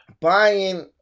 buying